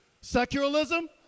secularism